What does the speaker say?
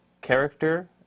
character